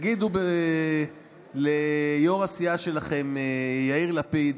תגידו ליו"ר הסיעה שלכם יאיר לפיד,